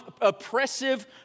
oppressive